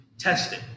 testing